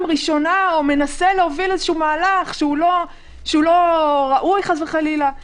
ראשונה או מנסה להוביל מהלך שלא ראוי חלילה,